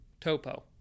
topo